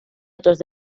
otros